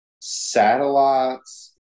satellites